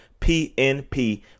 PNP